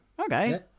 okay